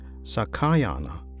Sakayana